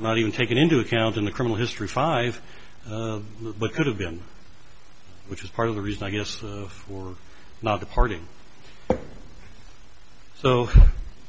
not even taken into account in the criminal history five but could have been which is part of the reason i guess or not the party so